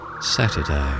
Saturday